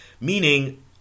meaning